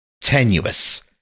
tenuous